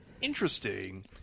interesting